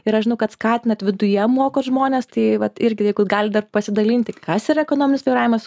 ir aš žinau kad skatinat viduje mokot žmones tai vat irgi jeigu galit dar pasidalinti kas yra ekonominis vairavimas